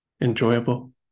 enjoyable